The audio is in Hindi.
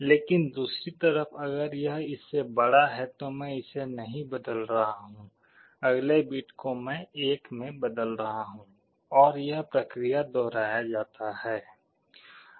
लेकिन दूसरी तरफ अगर यह इससे बड़ा है तो मैं इसे नहीं बदल रहा हूं अगले बिट को मैं 1 में बदल रहा हूं और यह प्रक्रिया दोहराया जाता है